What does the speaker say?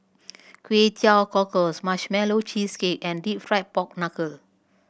Kway Teow Cockles Marshmallow Cheesecake and Deep Fried Pork Knuckle